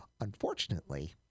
unfortunately